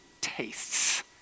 tastes